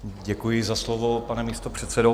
Děkuji za slovo, pane místopředsedo.